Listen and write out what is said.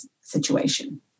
situation